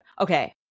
Okay